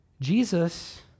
Jesus